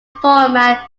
format